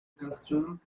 costumes